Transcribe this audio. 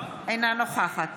אינה נוכחת